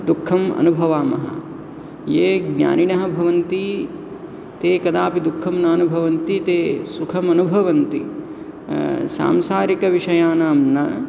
दुःखम् अनुभवामः ये ज्ञानिनः भवन्ति ते कदापि दुखं नानुभवन्ति ते सुखम् अनुभवन्ति सांसारिकविषयाणां न